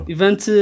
Event